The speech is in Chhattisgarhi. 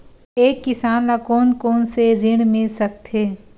एक किसान ल कोन कोन से ऋण मिल सकथे?